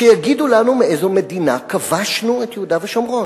שיגידו לנו מאיזו מדינה כבשנו את יהודה ושומרון.